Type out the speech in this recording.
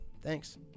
Thanks